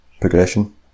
progression